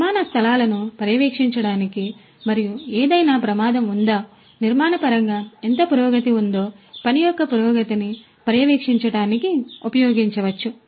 నిర్మాణ స్థలాలను పర్యవేక్షించడానికి మరియు ఏదైనా ప్రమాదం ఉందా నిర్మాణ పరంగా ఎంత పురోగతి ఉందో పని యొక్క పురోగతిని పర్యవేక్షించటానికి ఉపయోగించవచ్చు